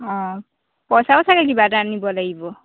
অঁ পইচাও চাগে দিবা এটা আনিব লাগিব